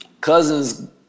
Cousins